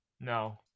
No